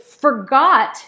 forgot